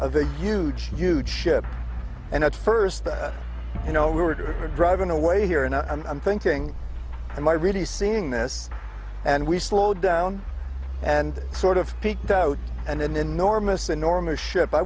of a huge huge ship and at first that you know we were driving away here and i'm thinking am i really seeing this and we slowed down and sort of peaked out and an enormous enormous ship i